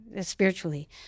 spiritually